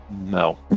No